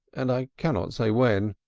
and i cannot say when.